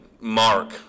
Mark